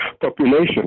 population